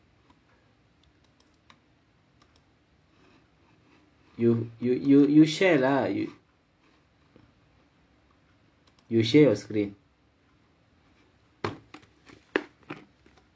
you you you you share lah you you share your screen